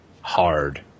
hard